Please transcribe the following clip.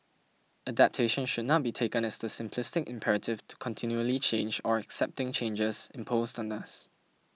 adaptation should not be taken as the simplistic imperative to continually change or accepting changes imposed on us